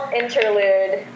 interlude